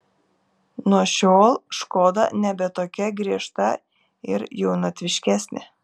nuo šiol škoda nebe tokia griežta ir jaunatviškesnė